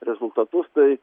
rezultatus tai